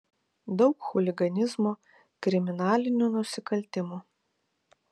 daug chuliganizmo kriminalinių nusikaltimų